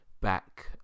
back